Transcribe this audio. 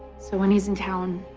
so when he's in town,